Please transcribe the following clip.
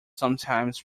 sometimes